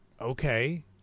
okay